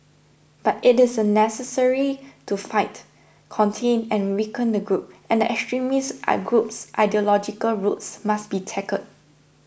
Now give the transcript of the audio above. but it is a necessary to fight contain and weaken the group and the extremist I group's ideological roots must be tackled